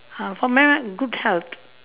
uh for me good health